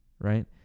Right